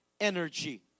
energy